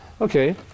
Okay